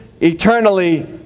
eternally